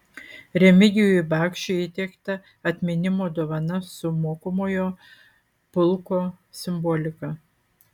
remigijui bakšiui įteikta atminimo dovana su mokomojo pulko simbolika